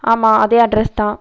ஆமாம் அதே அட்ரஸ் தான்